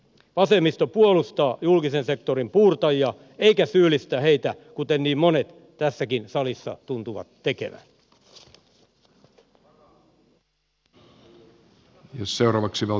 vasemmisto puolustaa julkisen sektorin puurtajia eikä syyllistä heitä kuten niin monet tässäkin salissa tuntuvat tekevän